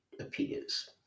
appears